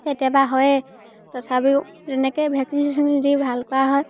কেতিয়াবা হয়েই তথাপিও তেনেকে ভেকচিন চেকচিন দি ভাল কৰা হয়